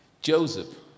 Joseph